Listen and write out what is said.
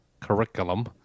curriculum